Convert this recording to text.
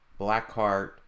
Blackheart